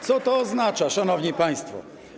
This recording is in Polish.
Co to oznacza, szanowni państwo?